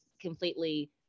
completely